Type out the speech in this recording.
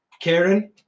Karen